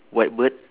white bird